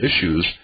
issues